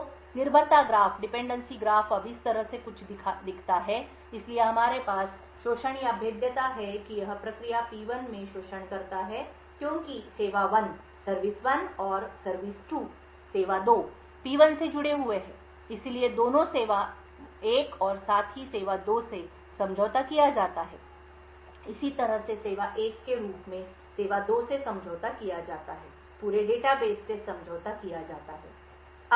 तो निर्भरता ग्राफ अब इस तरह से कुछ दिखता है इसलिए हमारे पास शोषण या भेद्यता है कि यह प्रक्रिया P1 में शोषण करता है क्योंकि सेवा 1 और सेवा 2 P1 से जुड़े हुए हैं इसलिए दोनों सेवा 1 और साथ ही सेवा 2 से समझौता किया जाता है इसी तरह से सेवा 1 के रूप में सेवा 2 से समझौता किया जाता है पूरे डेटा बेस से समझौता किया जाता है